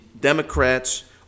Democrats